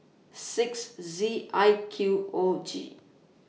six Z I Q O G